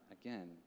again